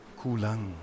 kulang